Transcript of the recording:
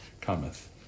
cometh